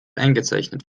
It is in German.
eingezeichnet